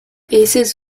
aces